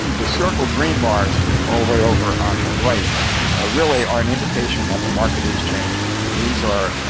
and the circled green bars all the way over on the right ah really are an indication that the market is changing. these are